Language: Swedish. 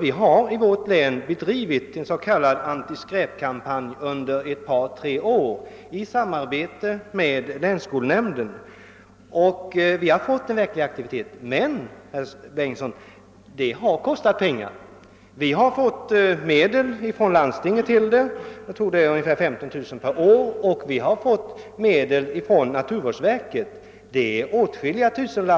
Vi har i vårt län bedrivit en s.k. antiskräpkampanj under ett par tre år i samarbete med länsskolnämnden, och vi har fått till stånd en verklig aktivitet, men, herr Bengtsson, det kostar pengar. Vi har erhållit ungefär 15 000 kronor per år från landstinget och vi har fått medel från naturvårdsverket. Aktiviteten har alltså kostat